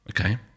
Okay